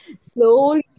Slowly